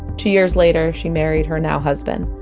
two years later she married her now husband.